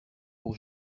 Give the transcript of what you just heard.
pour